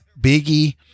Biggie